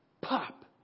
pop